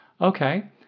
Okay